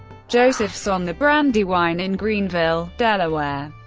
joseph's on the brandywine in greenville, delaware.